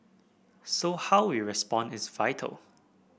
so how we respond is vital